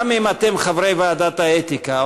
גם אם אתם חברי ועדת האתיקה,